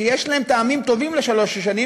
שיש להם טעמים טובים לשלוש השנים,